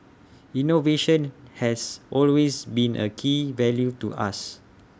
innovation has always been A key value to us